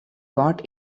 got